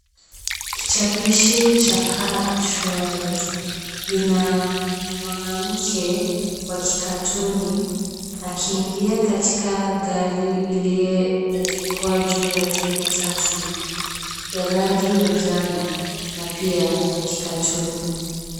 Kichapishi cha car insurance , lina mwanamke wa kikatuni, akiingia ndaani ya gari iliyeandikwa juu yake taxi ya rangi ya njano na pia ya kikatuni.